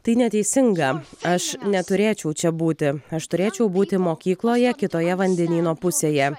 tai neteisinga aš neturėčiau čia būti aš turėčiau būti mokykloje kitoje vandenyno pusėje